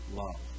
love